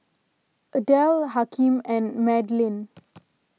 Adelle Hakeem and Madalyn